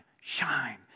shine